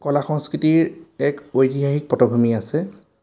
কলা সংস্কৃতিৰ এক ঐতিহাসিক পটভূমি আছে